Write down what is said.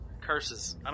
Curses